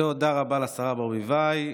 תודה רבה לשרה ברביבאי.